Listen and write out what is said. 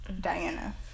Diana